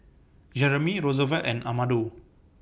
Jeramie Rosevelt and Amado